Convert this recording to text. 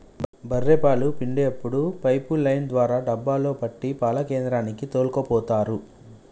బఱ్ఱె పాలు పిండేప్పుడు పైపు లైన్ ద్వారా డబ్బాలో పట్టి పాల కేంద్రానికి తోల్కపోతరు